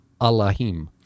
Allahim